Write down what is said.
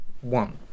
One